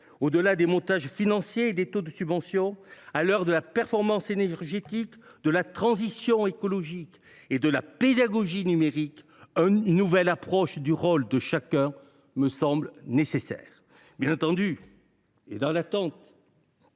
Au delà des montages financiers et des taux de subvention, à l’heure de la performance énergétique, de la transition écologique et de la pédagogie numérique, une nouvelle approche du rôle de chacun me semble nécessaire. Bien entendu, dans l’attente